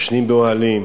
ישנים באוהלים.